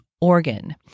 organ